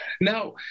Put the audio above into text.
Now